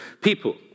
people